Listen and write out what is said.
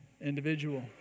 individual